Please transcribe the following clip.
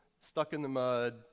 stuck-in-the-mud